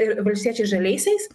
ir valstiečiais žaliaisiais